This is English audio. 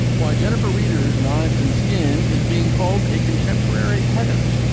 while jennifer readers knives and skin is being called a contemporary heathers